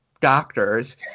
doctors